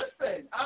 listen